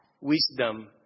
wisdom